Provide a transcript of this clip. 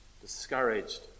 Discouraged